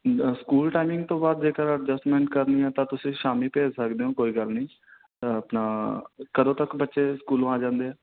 school timing ਤੋਂ ਬਾਅਦ ਜੇਕਰ ਅਡਜੈਸਟਮੈਂਟ ਕਰਨੀ ਹੈ ਤਾਂ ਤੁਸੀਂ ਸ਼ਾਮੀ ਭੇਜ ਸਕਦੇ ਹੋ ਕੋਈ ਗੱਲ ਨਹੀਂ ਆਪਣਾ ਕਦੋਂ ਤੱਕ ਬੱਚੇ ਸਕੂਲੋਂ ਆ ਜਾਂਦੇ ਆ